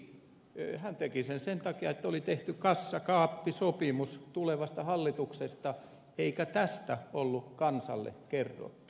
hän teki sen sen takia että oli tehty kassakaappisopimus tulevasta hallituksesta eikä tästä ollut kansalle kerrottu